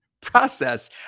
process